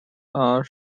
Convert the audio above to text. are